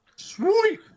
Sweet